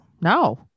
no